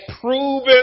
proven